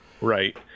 right